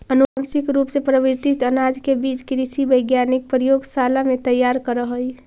अनुवांशिक रूप से परिवर्तित अनाज के बीज कृषि वैज्ञानिक प्रयोगशाला में तैयार करऽ हई